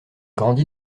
grandit